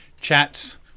chats